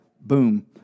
boom